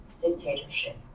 dictatorship